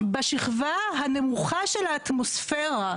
בשכבה הנמוכה של האטמוספירה.